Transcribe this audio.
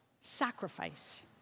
sacrifice